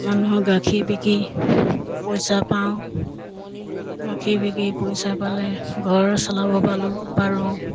মানুহক গাখীৰ বিকি পইচা পাওঁ গাখীৰ বিকি পইচা পালে ঘৰ চলাব পালোঁ পাৰোঁ